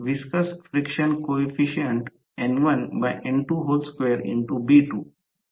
दुसरे म्हणजे squirrel cage winding म्हणजेच स्क्वेरिल केज इंडक्शन मोटर मध्ये असणारे